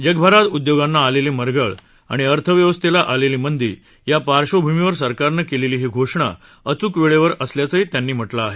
जगभरात उद्योगांना आलेली मरगळ आणि अर्थव्यवस्थेला आलेली मंदी या पार्श्वभूमीवर सरकारनं केलेली ही घोषणा अचूक वेळेवर आल्याचंही त्यांनी म्हटलं आहे